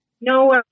No